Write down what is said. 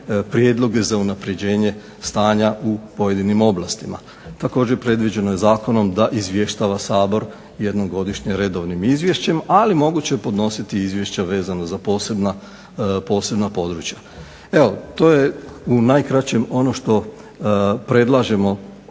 prijedloge za unapređenje stanja u pojedinim oblastima. Također predviđeno je zakonom da izvještava Sabor jednom godišnje redovnim izvješćem, ali moguće je podnositi izvješće vezano za posebna područja. Evo to je u najkraćem ono što predlažemo